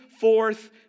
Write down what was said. forth